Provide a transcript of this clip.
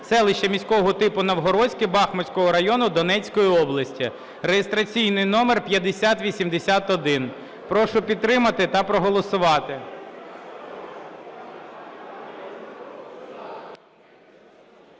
селище міського типу Новгородське Бахмутського району Донецької області (реєстраційний номер 5081). Прошу підтримати та проголосувати.